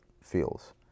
feels